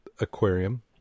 aquarium